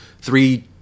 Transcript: three